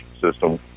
system